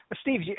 Steve